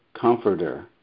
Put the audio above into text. Comforter